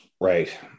Right